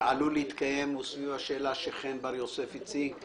ועלול להתקיים הוא סביב השאלה שחן בר-יוסף הציג,